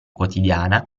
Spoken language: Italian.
quotidiana